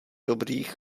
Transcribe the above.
dobrých